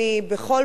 בכל פעם,